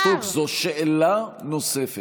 חברת הכנסת סטרוק, זו שאלה נוספת.